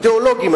אידיאולוגיים,